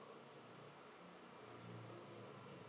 mm